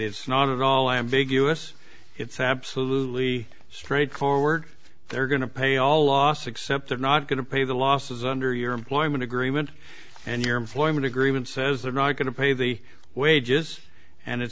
it's not at all ambiguous it's absolutely straightforward they're going to pay all loss except they're not going to pay the losses under your employment agreement and your employment agreement says they're not going to pay the wages and it